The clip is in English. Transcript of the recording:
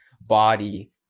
body